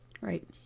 Right